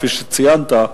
כפי שציינת,